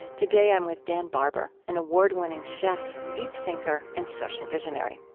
today i'm with dan barber an award-winning chef, deep thinker, and social visionary.